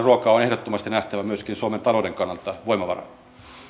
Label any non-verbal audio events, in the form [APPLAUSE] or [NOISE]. [UNINTELLIGIBLE] ruoka on ehdottomasti nähtävä myöskin suomen talouden kannalta voimavarana